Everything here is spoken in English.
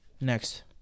Next